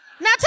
Now